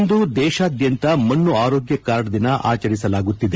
ಇಂದು ದೇಶಾದ್ಯಂತ ಮಣ್ಣು ಆರೋಗ್ಯ ಕಾರ್ಡ್ ದಿನ ಆಚರಿಸಲಾಗುತ್ತಿದೆ